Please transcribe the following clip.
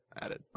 added